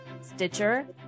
Stitcher